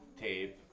tape